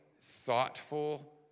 thoughtful